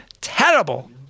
terrible